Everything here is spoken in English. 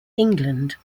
england